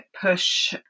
push